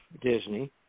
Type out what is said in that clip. Disney